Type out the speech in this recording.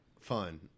fun